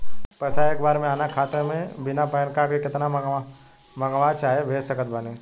पैसा एक बार मे आना खाता मे बिना पैन कार्ड के केतना मँगवा चाहे भेज सकत बानी?